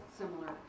similar